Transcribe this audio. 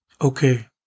Okay